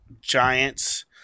Giants